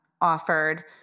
offered